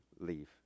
leave